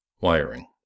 Wiring